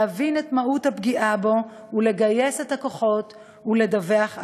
להבין את מהות הפגיעה בו ולגייס את הכוחות ולדווח עליה.